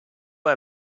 her